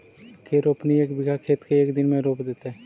के रोपनी एक बिघा खेत के एक दिन में रोप देतै?